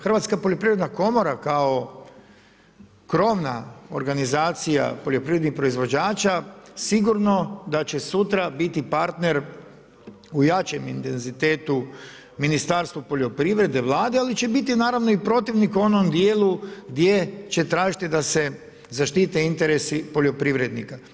Hrvatska poljoprivredna komora kao krovna organizacija poljoprivrednih proizvođača sigurno da će sutra biti partner u jačem intenzitetu Ministarstvu poljoprivrede Vlade, ali će biti naravno i protivnik u onom djelu gdje će tražiti da se zaštite interesi poljoprivrednika.